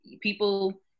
People